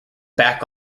back